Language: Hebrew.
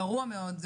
גרוע מאוד.